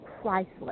priceless